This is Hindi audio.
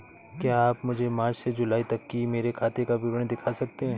क्या आप मुझे मार्च से जूलाई तक की मेरे खाता का विवरण दिखा सकते हैं?